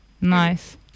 Nice